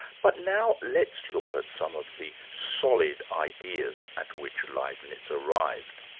but now let's look at some of the solid ideas at which leibnitz arrived.